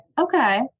Okay